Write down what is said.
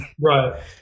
Right